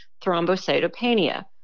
thrombocytopenia